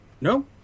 No